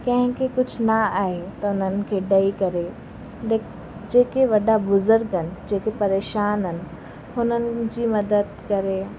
कंहिंखें कुझु न आहे त हुननि खे ॾेई करे जेके वॾा बुज़ुर्ग आहिनि जेके परेशान आहिनि हुननि जी मदद करे